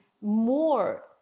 more